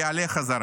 יעלה בחזרה.